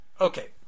Okay